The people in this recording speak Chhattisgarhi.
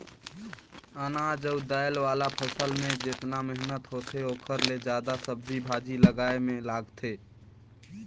अनाज अउ दायल वाला फसल मे जेतना मेहनत होथे ओखर ले जादा सब्जी भाजी लगाए मे लागथे